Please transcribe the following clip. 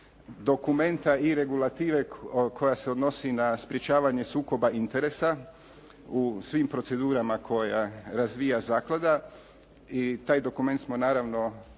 dokumenta i regulative koja se odnosi na sprječavanje sukoba interesa u svim procedurama koje razvija zaklada i taj dokument smo naravno u 2008.